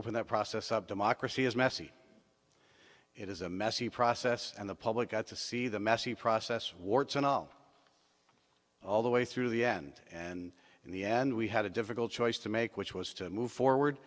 open that process of democracy is messy it is a messy process and the public got to see the messy process warts and all all the way through the end and in the end we had a difficult choice to make which was to move forward